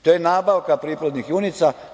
To je nabavka priplodnih junica.